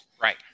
Right